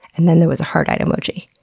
and then there was a heart-eyed emoji.